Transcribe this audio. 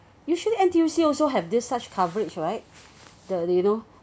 usually N_T_U_C also have this such coverage right the the you know